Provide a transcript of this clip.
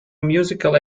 musical